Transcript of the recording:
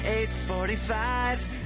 8.45